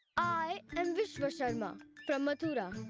i am vishva sharma from mathura.